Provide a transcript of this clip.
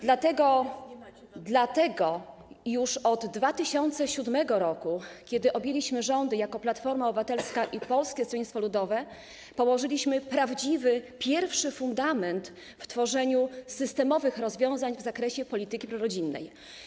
Dlatego już od 2007 r., kiedy objęliśmy rządy jako Platforma Obywatelska i Polskie Stronnictwo Ludowe, położyliśmy prawdziwy pierwszy fundament w tworzeniu systemowych rozwiązań w zakresie polityki prorodzinnej.